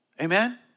Amen